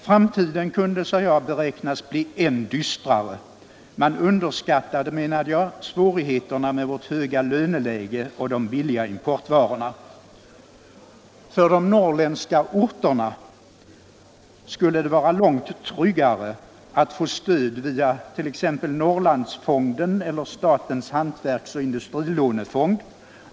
Framtiden kunde, sade jag, beräknas bli än dystrare. Man underskattade, menade jag, svårigheterna med vårt höga löneläge och de billiga importvarorna. För de norrländska orterna skulle det vara långt tryggare att få stöd via t.ex. Norrlandsfonden eller statens hantverksoch industrilånefond.